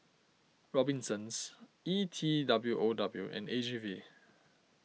Robinsons E T W O W and A G V